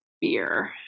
beer